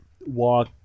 walk